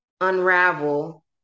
unravel